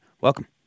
Welcome